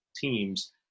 teams